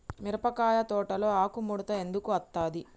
మిరపకాయ తోటలో ఆకు ముడత ఎందుకు అత్తది?